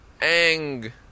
ang